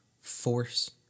force